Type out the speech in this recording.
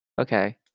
Okay